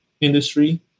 industry